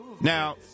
Now